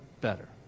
better